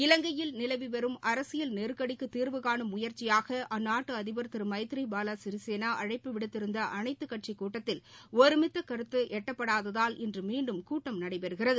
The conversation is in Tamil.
இலங்கையில் நிலவிவரும் அரசியல் நெருக்கடிக்குதீர்வு காணும் முயற்சியாகஅந்நாட்டுஅதிபர் மைத்ரிபாலசிறிசேனாஅழைப்பு விடுத்திருந்தஅனைத்துக் கட்சிக் கூட்டத்தில் திரு ஒருமித்தகருத்துஎட்டப்படாததால் இன்றுமீண்டும் கூட்டம் நடைபெறுகிறது